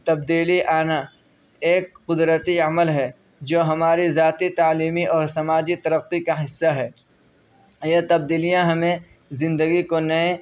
تبدیلی آنا ایک قدرتی عمل ہے جو ہمارے ذاتی تعلیمی اور سماجی ترقی کا حصہ ہے یہ تبدیلیاں ہمیں زندگی کو نئے